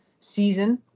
season